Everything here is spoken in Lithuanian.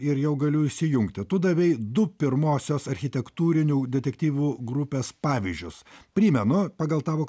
ir jau galiu įsijungti tu davei du pirmosios architektūrinių detektyvų grupės pavyzdžius primenu pagal tavo